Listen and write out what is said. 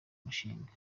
mushinga